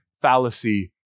fallacy